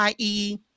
IE